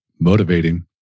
motivating